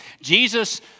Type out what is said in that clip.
Jesus